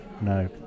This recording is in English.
No